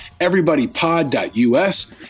everybodypod.us